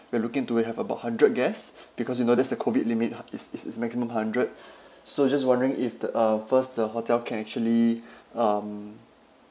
we're looking to it have about hundred guests because you know that's the COVID limit hu~ it's it's its maximum hundred so just wondering if the uh first the hotel can actually um